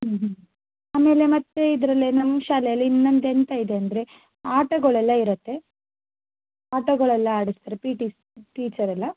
ಆಮೇಲೆ ಮತ್ತು ಇದರಲ್ಲೇ ನಮ್ಮ ಶಾಲೆಯಲ್ಲಿ ಇನ್ನೊಂದು ಎಂಥ ಇದೆ ಅಂದರೆ ಆಟಗಳೆಲ್ಲ ಇರತ್ತೆ ಆಟಗಳೆಲ್ಲ ಆಡಿಸ್ತಾರೆ ಪಿ ಟಿ ಟೀಚರ್ ಎಲ್ಲ